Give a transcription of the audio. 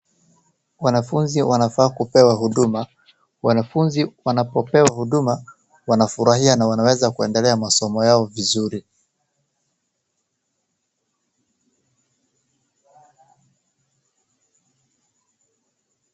Wanafunzi wanafaa kupewa huduma. Wanafunzi wanapopewa huduma, wanafurahia na kuendelea masomo yao vizuri.